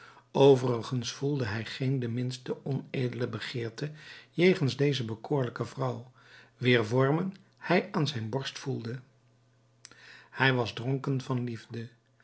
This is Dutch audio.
overigens voelde hij geen de minste onedele begeerte jegens deze bekoorlijke vrouw wier vormen hij aan zijn borst voelde hij was dronken van liefde